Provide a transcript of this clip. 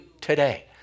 today